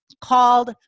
called